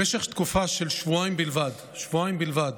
במשך תקופה של שבועיים בלבד, שבועיים בלבד,